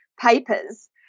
papers